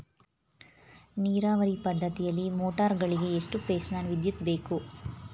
ನೀರಾವರಿ ಪದ್ಧತಿಯಲ್ಲಿ ಮೋಟಾರ್ ಗಳಿಗೆ ಎಷ್ಟು ಫೇಸ್ ನ ವಿದ್ಯುತ್ ಬೇಕು?